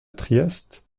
trieste